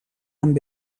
amb